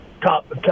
top